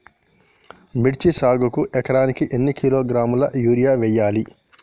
మిర్చి సాగుకు ఎకరానికి ఎన్ని కిలోగ్రాముల యూరియా వేయాలి?